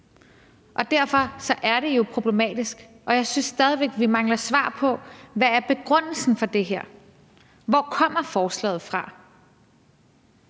Derfor er det jo problematisk, og jeg synes stadig væk, vi mangler et svar på, hvad begrundelsen for det her er. Hvor kommer forslaget fra?